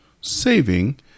Saving